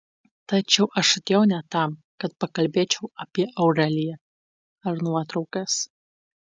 tačiau aš atėjau ne tam kad pakalbėčiau apie aureliją ar nuotraukas